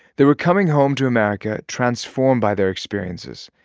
they were coming home to america transformed by their experiences,